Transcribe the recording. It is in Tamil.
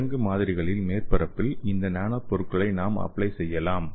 விலங்கு மாதிரிகளின் மேற்பரப்பில் இந்த நானோ பொருள்களை நாம் அப்ளை செய்யலாம்